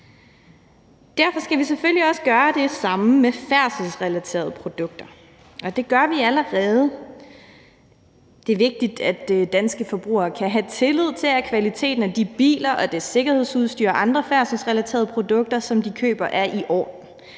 Derfor skal vi selvfølgelig også gøre det samme med færdselsrelaterede produkter, og det gør vi allerede. Det er vigtigt, at danske forbrugere kan have tillid til, at kvaliteten af de biler og det sikkerhedsudstyr og andre færdselsrelaterede produkter, som de køber, er i